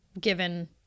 given